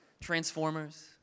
Transformers